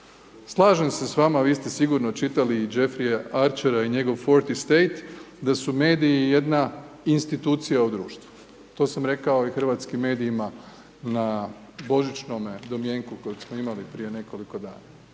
Slažem se s vama, vi ste sigurno čitali i Jeffreyja Archera i njegov .../Govornik se ne razumije./... da su mediji jedna institucija u društvu. To sam rekao i hrvatskim medijima na božićnome domjenku kojeg smo imali prije nekoliko dana.